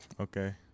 Okay